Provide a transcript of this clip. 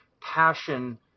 passion